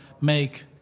make